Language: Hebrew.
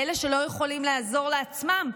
לאלה שלא יכולים לעזור לעצמם.